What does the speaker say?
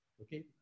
Okay